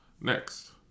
next